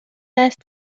است